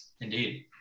Indeed